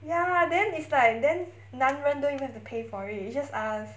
ya then it's like then 男人 don't even have to pay for it it's just us